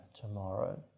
tomorrow